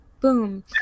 Boom